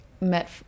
met